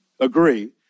Agree